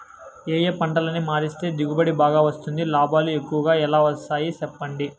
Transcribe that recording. ఏ ఏ పంటలని మారిస్తే దిగుబడి బాగా వస్తుంది, లాభాలు ఎక్కువగా ఎలా వస్తాయి సెప్పండి